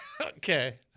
Okay